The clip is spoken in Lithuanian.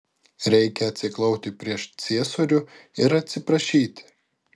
reikia atsiklaupti prieš ciesorių ir atsiprašyti